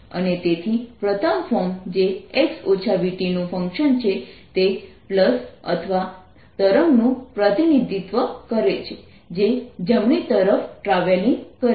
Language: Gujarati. અને તેથી પ્રથમ ફોર્મ જે x vt નું ફંકશન છે તે પલ્સ અથવા તરંગનું પ્રતિનિધિત્વ કરે છે જે જમણી તરફ ટ્રાવેલિંગ કરે છે